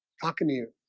how can you